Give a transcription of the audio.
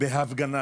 בהפגנה